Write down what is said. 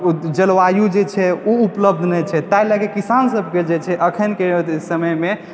जलवायु जे छै ओ उपलब्ध नहि छै तैं लऽ कऽ किसान के जे छै अखन के समयमे